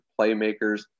playmakers